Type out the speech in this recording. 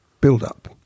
build-up